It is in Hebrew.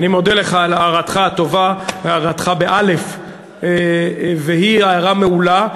אני מודה לך על הארתך הטובה, והיא הארה מעולה.